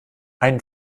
einen